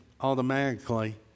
automatically